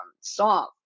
song